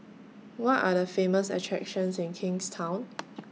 Which Are The Famous attractions in Kingstown